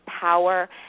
power